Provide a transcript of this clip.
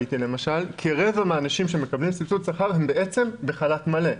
כרבע מהאנשים שמקבלים סבסוד שכר נמצאים בחל"ת מלא.